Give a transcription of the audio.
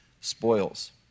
spoils